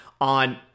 on